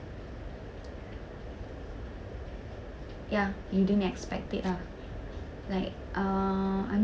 ya you didn't expect it ah like uh I